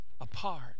apart